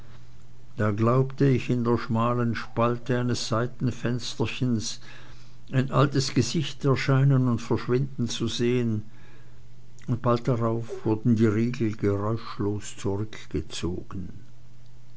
da glaubte ich in der schmalen spalte eines seitenfensterchens ein altes gesicht erscheinen und verschwinden zu sehen und bald darauf wurden die riegel geräuschlos zurückgezogen